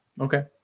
Okay